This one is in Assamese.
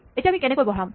এতিয়া আমি কেনেকৈ বঢ়াম